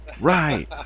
Right